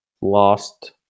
lost